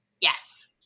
yes